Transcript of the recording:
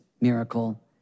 miracle